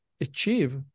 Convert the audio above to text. achieve